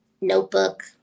notebook